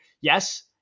yes